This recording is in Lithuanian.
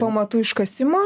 pamatų iškasimo